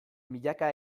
milaka